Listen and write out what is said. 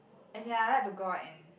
as in I like to go out and